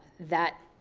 that